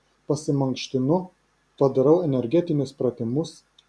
pasimankštinu padarau energetinius pratimus